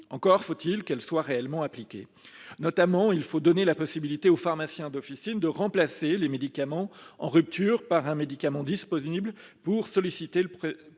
Encore faut il qu’elles soient réellement appliquées ! Il faut notamment donner la possibilité aux pharmaciens d’officine de remplacer les médicaments en rupture par un médicament disponible sans solliciter le prescripteur